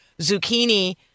Zucchini